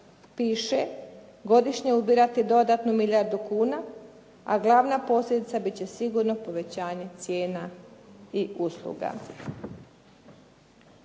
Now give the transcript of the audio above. piše godišnje ubirati dodatnu milijardu kuna, a glavna posljedica biti će sigurno povećanje cijena i usluga.